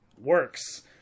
works